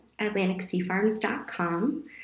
atlanticseafarms.com